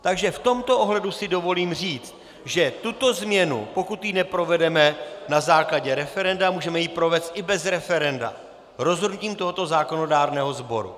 Takže v tomto ohledu si dovolím říct, že tuto změnu, pokud ji neprovedeme na základě referenda, můžeme ji provést i bez referenda rozhodnutím tohoto zákonodárného sboru.